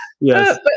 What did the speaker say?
yes